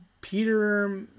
Peter